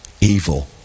evil